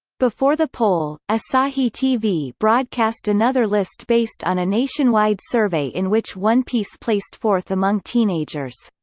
before the poll, asahi tv broadcast another list based on a nationwide survey in which one piece placed fourth among teenagers.